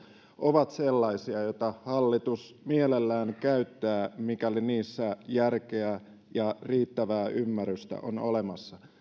ovat sellaisia joita hallitus mielellään käyttää mikäli niissä on järkeä ja riittävää ymmärrystä